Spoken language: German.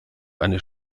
eine